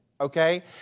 okay